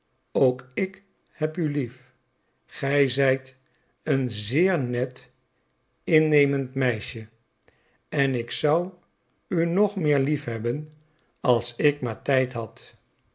ook ik heb u lief gij zijt een zeer net innemend meisje en ik zou u nog meer liefhebben als ik maar tijd had